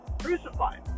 crucified